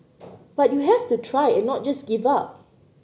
but you have to try and not just give up